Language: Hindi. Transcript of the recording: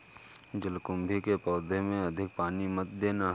जलकुंभी के पौधों में अधिक पानी मत देना